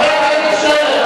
חבר הכנסת שנלר,